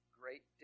great